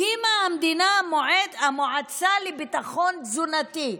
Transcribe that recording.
הקימה המדינה מועצה לביטחון תזונתי.